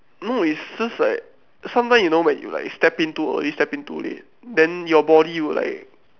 no is just like sometime you know when you like step in too early step in too late then your body will like